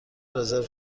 رزرو